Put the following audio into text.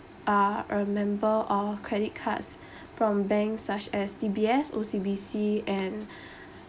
are a member or credit cards from bank such as D_B_S O_C_B_C and